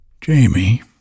Jamie